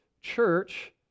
church